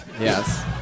Yes